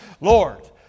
Lord